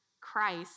Christ